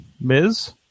ms